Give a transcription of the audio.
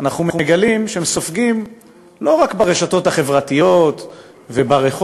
אנחנו מגלים שהם סופגים לא רק ברשתות החברתיות וברחוב,